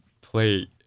play